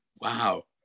wow